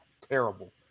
terrible